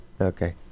Okay